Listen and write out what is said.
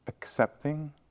Accepting